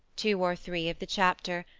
two or three of the chapter,